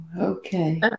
okay